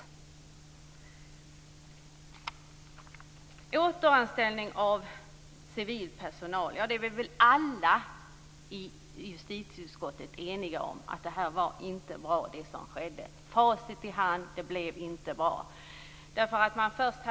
Vad gäller återanställning av civil personal tror jag att vi alla i justitieutskottet är eniga om att det som skedde inte var bra. Med facit i hand kan vi säga att det inte blev bra.